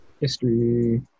History